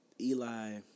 Eli